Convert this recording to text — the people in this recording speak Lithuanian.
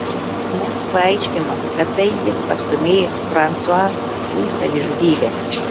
mums paaiškino kad tai jis pastūmėjo fransua į savižudybę